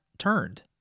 turned